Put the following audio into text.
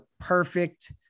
perfect